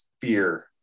fear